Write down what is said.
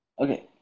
okay